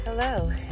Hello